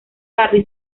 barry